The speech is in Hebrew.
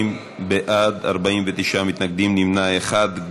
32 בעד, 49 מתנגדים, נמנע אחד.